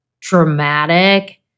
dramatic